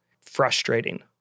frustrating